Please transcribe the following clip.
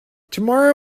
tomorrow